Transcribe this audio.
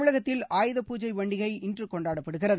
தமிழகத்தில் ஆயுதபூஜை பண்டிகை இன்று கொண்டாடப்படுகிறது